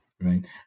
right